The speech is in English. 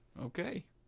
Okay